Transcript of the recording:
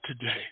today